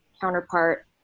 counterpart